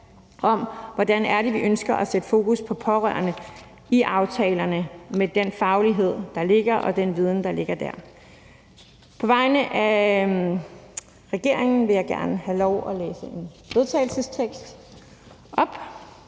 om, hvordan det er, vi ønsker at sætte fokus på pårørende i aftalerne med den faglighed og viden, der ligger dér. På vegne af regeringspartierne vil jeg gerne have lov at fremsætte